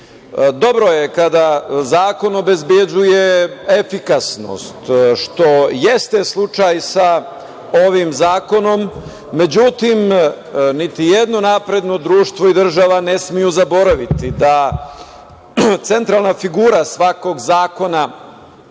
je kada zakon obezbeđuje efikasnost, što je slučaj sa ovim zakonom, međutim, nijedno napredno društvo i država ne smeju zaboraviti da centralna figura svakog zakona